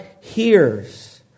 hears